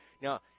Now